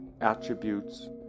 attributes